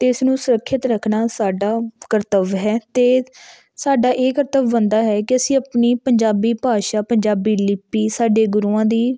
ਅਤੇ ਇਸ ਨੂੰ ਸੁਰੱਖਿਅਤ ਰੱਖਣਾ ਸਾਡਾ ਕਰਤੱਵ ਹੈ ਅਤੇ ਸਾਡਾ ਇਹ ਕਰਤੱਵ ਬਣਦਾ ਹੈ ਕਿ ਅਸੀਂ ਆਪਣੀ ਪੰਜਾਬੀ ਭਾਸ਼ਾ ਪੰਜਾਬੀ ਲਿਪੀ ਸਾਡੇ ਗੁਰੂਆਂ ਦੀ